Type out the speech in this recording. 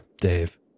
Dave